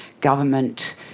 government